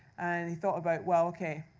and he thought about, well, ok,